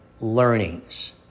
learnings